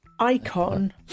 icon